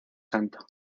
santo